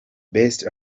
best